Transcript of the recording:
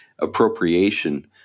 appropriation